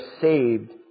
saved